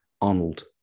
Arnold